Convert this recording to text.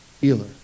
healer